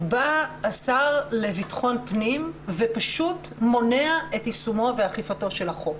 בא השר לביטחון פנים ופשוט מונע את יישומו ואכיפתו של החוק.